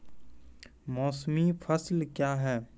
मौसमी फसल क्या हैं?